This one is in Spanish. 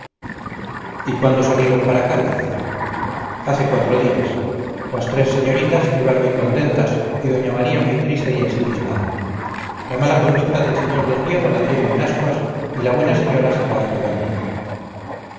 y cuándo salieron para cádiz hace cuatro días las tres señoritas iban muy contentas y doña maría muy triste y ensimismada la mala conducta del señor don diego la tiene en ascuas y la buena señora se va acabando